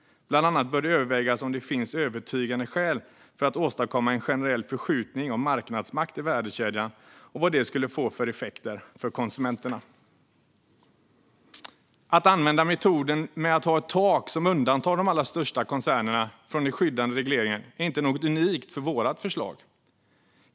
Bland annat det bör det övervägas om det finns övertygande skäl för att åstadkomma en generell förskjutning av marknadsmakt i värdekedjan och vad det skulle få för effekter för konsumenterna." Metoden att ha ett tak som undantar de allra största koncernerna från den skyddande regleringen är inte unikt för vårt förslag.